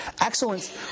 excellence